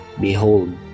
behold